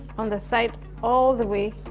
on the side all the way,